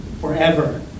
forever